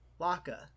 laka